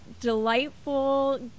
delightful